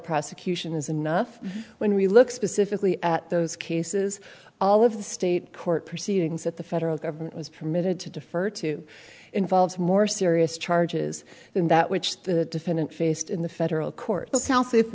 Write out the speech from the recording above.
prosecution is enough when we look specifically at those cases all of the state court proceedings that the federal government was permitted to defer to involves more serious charges than that which the defendant faced in the federal court the south if